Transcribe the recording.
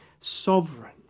sovereign